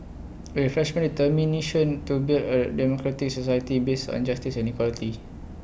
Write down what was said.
A refreshed determination to build A democratic society based on justice and equality